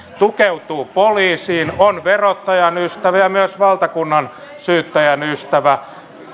tukeutuu poliisin on verottajan ystävä ja myös valtakunnansyyttäjän ystävä